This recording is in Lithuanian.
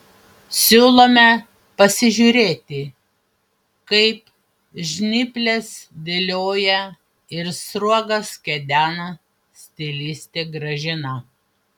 siūlome pasižiūrėti kaip žnyples dėlioja ir sruogas kedena stilistė gražina